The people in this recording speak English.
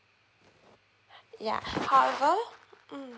ya however um